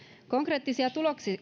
konkreettisia